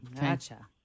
Gotcha